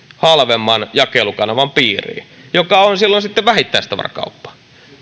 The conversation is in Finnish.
halvemman jakelukanavan piiriin joka on silloin sitten vähittäistavarakauppa